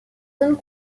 zones